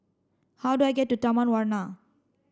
how do I get to Taman Warna